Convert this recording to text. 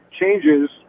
changes